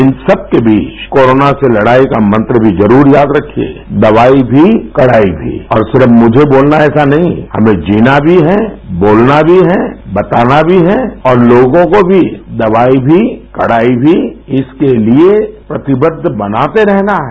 इन सबके बीच कोरोना से लड़ाई का मंत्र भी जरूर याद रखिए दवाई भी कड़ाई भी और सिर्फ मुझे बोलना है ऐसा नहीं हमें जीना भी है बताना भी है और लोगों को भी दवाई भी कड़ाई भी इसके लिए प्रतिबद्ध बनाते रहना है